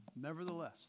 Nevertheless